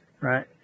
right